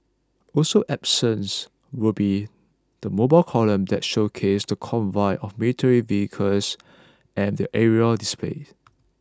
also absence will be the mobile column that showcases the convoy of military vehicles and the aerial displays